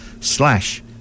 slash